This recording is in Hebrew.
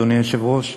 אדוני היושב-ראש,